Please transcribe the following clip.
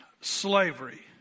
slavery